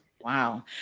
Wow